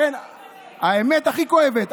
האמת הכי כואבת.